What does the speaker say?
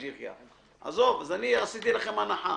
אז אני עשיתי לכם הנחה.